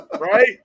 Right